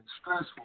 stressful